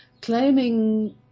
claiming